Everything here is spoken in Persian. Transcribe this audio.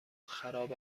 خراب